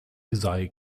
sei